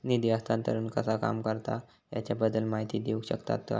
निधी हस्तांतरण कसा काम करता ह्याच्या बद्दल माहिती दिउक शकतात काय?